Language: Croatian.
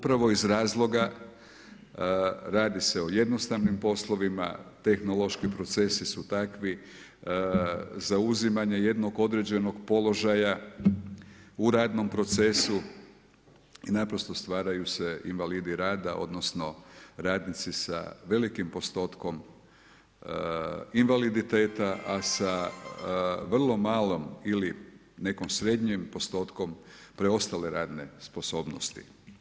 Upravo iz razloga radi se o jednostavnim poslovima, tehnološki procesi su takvi, zauzimanje jednog određenog položaja u radnom procesu i naprosto stvaraju se invalidi rada odnosno radnici sa velikim postotkom invaliditeta a sa vrlo malom ili nekim srednjim postotkom preostale radne sposobnosti.